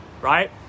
right